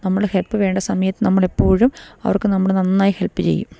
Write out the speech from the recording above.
നമ്മുടെ ഹെല്പ്പ് വേണ്ട സമയത്ത് നമ്മളെപ്പോഴും അവർക്ക് നമ്മള് നന്നായി ഹെൽപ്പ് ചെയ്യും